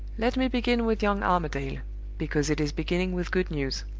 let me begin with young armadale because it is beginning with good news.